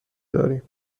داریم